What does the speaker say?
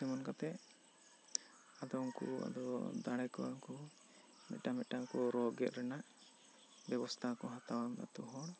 ᱥᱤᱢᱟᱹᱱ ᱠᱟᱛᱮᱜ ᱟᱫᱚ ᱩᱱᱠᱩ ᱟᱫᱚ ᱫᱟᱲᱮ ᱠᱚᱣᱟ ᱠᱚ ᱢᱤᱫᱴᱟᱝ ᱢᱤᱫᱴᱟᱝ ᱠᱚ ᱨᱚ ᱜᱮᱫ ᱨᱮᱱᱟᱜ ᱵᱮᱵᱚᱥᱛᱷᱟ ᱠᱚ ᱦᱟᱛᱟᱣᱟ ᱟᱛᱳ ᱦᱚᱲ